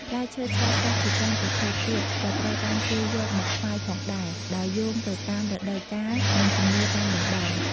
ផ្លែឈើស្រស់ៗ ជាច្រើនប្រភេទទៀតក៏ត្រូវបានគេយកមកថ្វាយផងដែរ ដោយយោងទៅតាមរដូវកាល និងជំនឿតាមតំបន់។